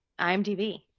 IMDb